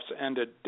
ended